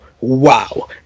Wow